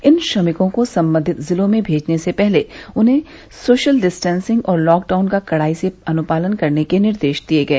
इन श्रमिकों को संबंधित जिलों में भेजने से पहले उन्हें सोशल डिस्टेंसिंग और लॉकडाउन का कड़ाई से अनुपालन करने के निर्देश दिए गए